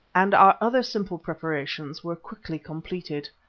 and our other simple preparations were quickly completed.